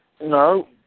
No